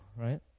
right